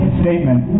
statement